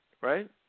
Right